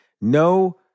No